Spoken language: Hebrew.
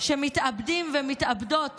שמתאבדים ומתאבדות